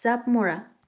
জাঁপ মৰা